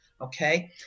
Okay